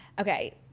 Okay